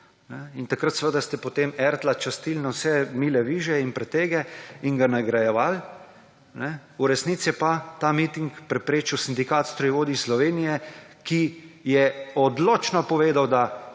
Takrat ste potem častili Ertla na vse mile viže in pretege in ga nagrajevali. V resnici pa je ta miting preprečil Sindikat strojevodij Slovenije, ki je odločno povedal, da